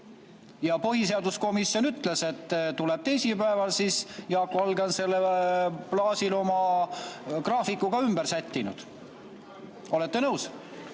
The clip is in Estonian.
Ja põhiseaduskomisjon ütles, et see tuleb teisipäeval. Jaak Valge on selle baasil oma graafiku ka ümber sättinud. Olete nõus?